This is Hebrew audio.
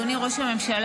אדוני ראש הממשלה,